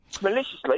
maliciously